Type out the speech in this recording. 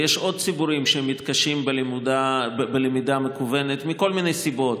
ויש עוד ציבורים שמתקשים בלמידה מקוונת מכל מיני סיבות: